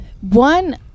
one